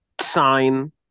sign